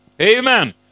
Amen